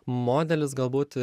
modelis galbūt